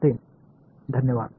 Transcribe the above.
மாணவர்